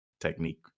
technique